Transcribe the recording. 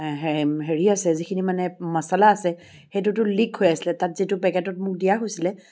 হে হেৰি আছে যিখিনি মানে মছালা আছে সেইটোতো লীক হৈ আছিলে তাত যিটো পেকেটত মোক দিয়া হৈছিলে